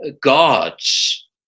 gods